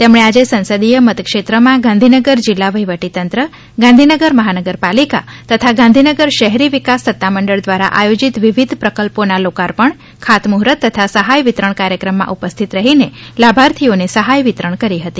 તેમણે આજે સંસદીય મતક્ષેત્રમાં ગાંધીનગર જિલ્લા વહિવટી તંત્ર ગાંધીનગર મહાનગરપાલિકા તથા ગાંધીનગર શહેરી વિકાસ સત્તામંડળ દ્વારા આયોજીત વિવિધ પ્રકલ્પોના લોકાર્પણ ખાતમુહર્ત તથા સહાય વિતરણ કાર્યક્રમમાં ઉપસ્થિત રહીને લાભાર્થીઓને સહાય વિતરણ કરી હતી